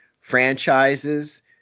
franchises